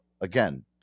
again